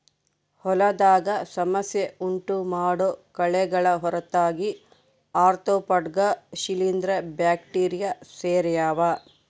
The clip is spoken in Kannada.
ಹೊಲದಾಗ ಸಮಸ್ಯೆ ಉಂಟುಮಾಡೋ ಕಳೆಗಳ ಹೊರತಾಗಿ ಆರ್ತ್ರೋಪಾಡ್ಗ ಶಿಲೀಂಧ್ರ ಬ್ಯಾಕ್ಟೀರಿ ಸೇರ್ಯಾವ